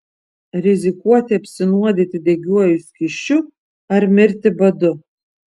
rizikuoti apsinuodyti degiuoju skysčiu ar mirti badu